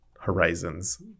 horizons